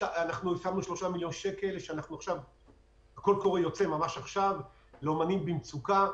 שמנו שלושה מיליון שקל בקול קורא שיצא ממש עכשיו לאומנים במצוקה.